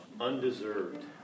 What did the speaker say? Undeserved